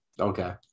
okay